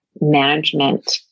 management